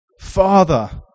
Father